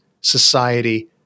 society